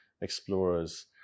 explorers